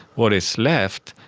what is left,